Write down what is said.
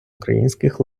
українських